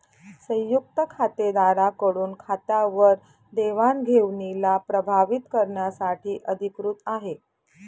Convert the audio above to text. संयुक्त खातेदारा कडून खात्यावर देवाणघेवणीला प्रभावीत करण्यासाठी अधिकृत आहे